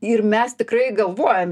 ir mes tikrai galvojom